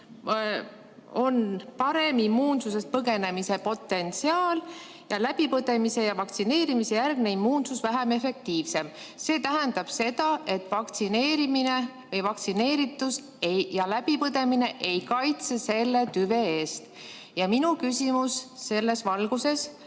paremat immuunsuse eest põgenemise potentsiaali" ning "läbipõdemise ja vaktsineerimise järgne immuunsus on vähem efektiivne". See tähendab seda, et vaktsineerimine või vaktsineeritus ja läbipõdemine ei kaitse selle tüve eest. Minu küsimus selles valguses